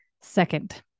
Second